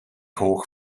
hoog